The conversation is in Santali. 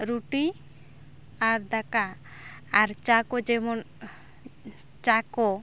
ᱨᱩᱴᱤ ᱟᱨ ᱫᱟᱠᱟ ᱟᱨ ᱪᱟ ᱠᱚ ᱡᱮᱢᱚᱱ ᱪᱟ ᱠᱚ